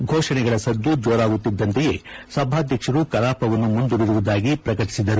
ಫೋಷಣೆಗಳ ಸದ್ದು ಜೋರಾಗುತ್ತಿದ್ಲಂತೆಯೇ ಸಭಾಧ್ಯಕ್ಷರು ಕಲಾಪವನ್ನು ಮುಂದೂಡಿರುವುದಾಗಿ ಪ್ರಕಟಿಸಿದರು